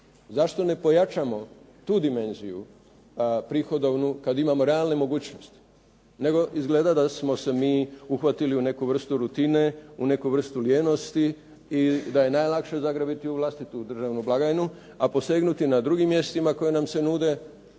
Zašto ne pojačamo tu dimenziju prihodovnu, kad imamo realne mogućnosti? Nego izgleda da smo se mi uhvatili u neku vrstu rutine, u neku vrstu lijenosti i da je najlakše zagrabiti u vlastitu državnu blagajnu, a posegnuti na drugim mjestima koja nam se nude